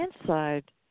inside